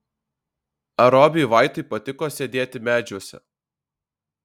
ar robiui vaitui patiko sėdėti medžiuose